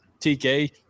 TK